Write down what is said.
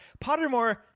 Pottermore